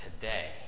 today